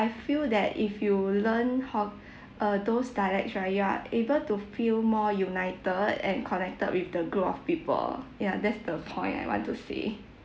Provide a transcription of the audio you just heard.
I feel that if you learn hok~ uh those dialects right you are able to feel more united and connected with the group of people ya that's the point I want to say